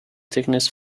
thickness